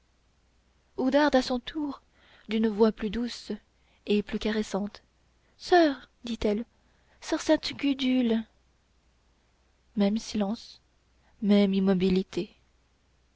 oudarde à son tour d'une voix plus douce et plus caressante soeur dit-elle soeur sainte gudule même silence même immobilité